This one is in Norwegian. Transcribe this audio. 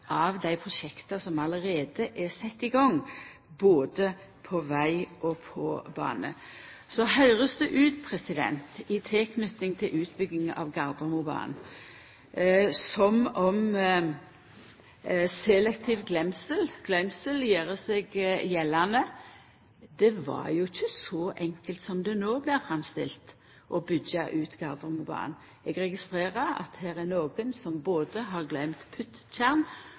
av dei prosjekta som allereie er sette i gang, både på veg og på bane. Det høyrest ut i tilknyting til utbygginga av Gardermobanen som om selektiv gløymsle gjer seg gjeldande. Det var jo ikkje så enkelt som det no blir framstilt, å byggja ut Gardermobanen. Eg registrerer at det er nokon her som både har